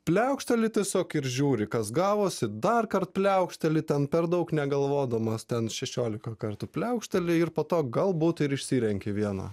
pliaukšteli tiesiog ir žiūri kas gavosi darkart pliaukšteli ten per daug negalvodamas ten šešiolika kartų pliaukšteli ir po to galbūt ir išsirenki vieną